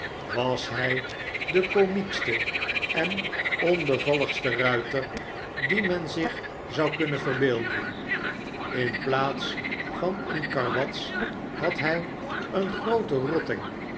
was hij de komiekste en onbevalligste ruiter dien men zich zou kunnen verbeelden in plaats van een karwats had hij een grooten rotting